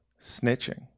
Snitching